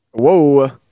Whoa